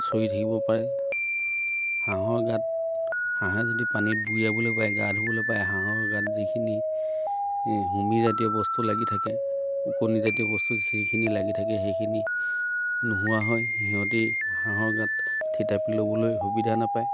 চৰি থাকিব পাৰে হাঁহৰ গাত হাঁহে যদি পানীত বুৰিয়াবলৈ পায় গা ধুবলৈ পায় হাঁহৰ গাত যিখিনি হুমি জাতীয় বস্তু লাগি থাকে ওকণিজাতীয় বস্তু যিখিনি লাগি থাকে সেইখিনি নোহোৱা হয় সিহঁতে হাঁহৰ গাত থিতাপি ল'বলৈ সুবিধা নাপায়